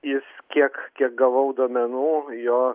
jis kiek kiek gavau duomenų jo